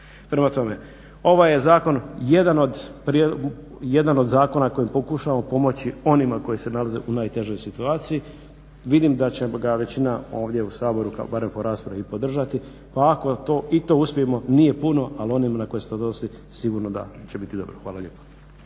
Prema tome, ovaj je zakon jedan od zakona kojim pokušavamo pomoći onima koji se nalaze u najtežoj situaciji. Vidim da će ga većina ovdje u Saboru barem po raspravi podržati pa ako i to uspijemo nije puno, ali onima na koje se to odnosi sigurno da će biti dobro. Hvala lijepo.